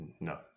No